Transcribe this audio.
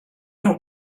don’t